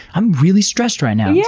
i'm really stressed right now! yeah